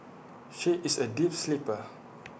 she is A deep sleeper